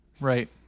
Right